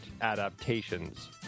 adaptations